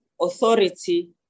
authority